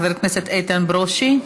חבר הכנסת איתן ברושי,